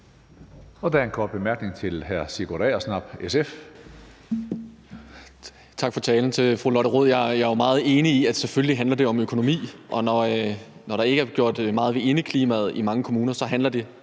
Der er en kort bemærkning til hr. Sigurd Agersnap, SF. Kl. 15:04 Sigurd Agersnap (SF): Tak til fru Lotte Rod for talen. Jeg er meget enig i, at det selvfølgelig handler om økonomi, og når der ikke er gjort meget ved indeklimaet i mange kommuner, handler det